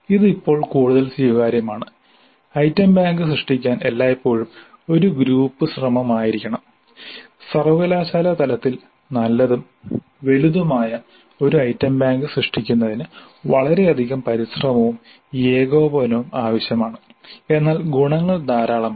ഇത് ഇപ്പോൾ കൂടുതൽ സ്വീകാര്യമാണ് ഐറ്റം ബാങ്ക് സൃഷ്ടിക്കൽ എല്ലായ്പ്പോഴും ഒരു ഗ്രൂപ്പ് ശ്രമമായിരിക്കണം സർവ്വകലാശാലാ തലത്തിൽ നല്ലതും വലുതുമായ ഒരു ഐറ്റം ബാങ്ക് സൃഷ്ടിക്കുന്നതിന് വളരെയധികം പരിശ്രമവും ഏകോപനവും ആവശ്യമാണ് എന്നാൽ ഗുണങ്ങൾ ധാരാളമാണ്